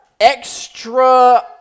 extra